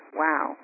wow